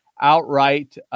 outright